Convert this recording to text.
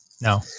No